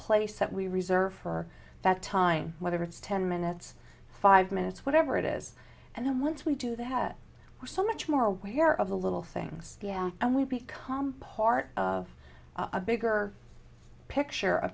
place that we reserve for that time whether it's ten minutes five minutes whatever it is and then once we do they have so much more aware of the little things and we become part of a bigger picture